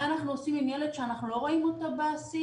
מה אנחנו עושים עם ילד שאנחנו לא רואים אותו בעשייה?